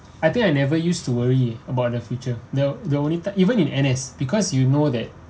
I think I never used to worry about the future the the only ti~ even in N_S because you know that